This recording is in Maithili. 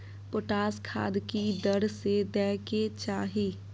पोटास खाद की दर से दै के चाही?